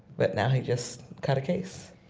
but now he just caught a case,